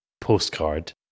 postcard